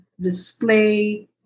display